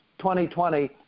2020